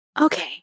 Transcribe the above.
Okay